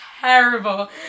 terrible